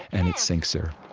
and it sinks her